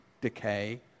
decay